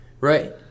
Right